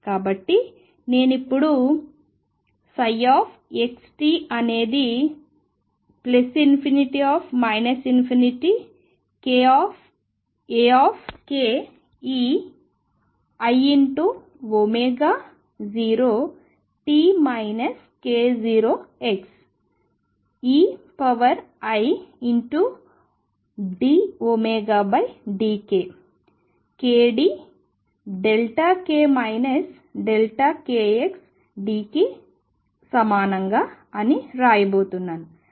కాబట్టి నేను ఇప్పుడు xt అనేది ∞Akei0t k0xeidωdkk0k kxdk కి సమానం అని వ్రాయబోతున్నాను